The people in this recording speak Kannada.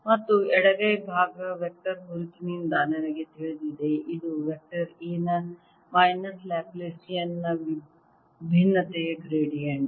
ಮತ್ತು ಎಡಗೈ ಭಾಗ ವೆಕ್ಟರ್ ಗುರುತಿನಿಂದ ನನಗೆ ತಿಳಿದಿದೆ ಇದು ವೆಕ್ಟರ್ A ನ ಮೈನಸ್ ಲ್ಯಾಪ್ಲಾಸಿಯನ್ ನ ಭಿನ್ನತೆಯ ಗ್ರೇಡಿಯಂಟ್